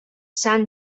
san